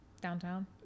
downtown